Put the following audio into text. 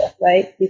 right